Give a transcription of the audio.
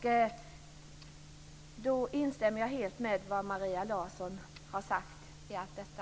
Jag instämmer helt i det Maria Larsson har sagt om detta.